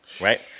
right